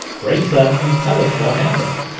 brace up and tell us what happened!